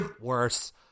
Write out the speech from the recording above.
worse